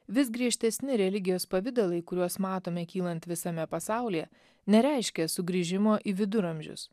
vis griežtesni religijos pavidalai kuriuos matome kylant visame pasaulyje nereiškia sugrįžimo į viduramžius